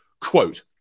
quote